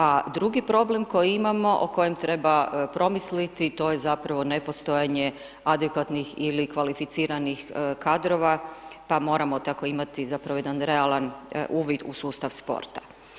A drugi problem koji imamo o kojem treba promisliti, to je zapravo nepostojanje adekvatnih ili kvalificiranih kadrova, pa moramo tako imati, zapravo jedan realan uvid u sustav sporta.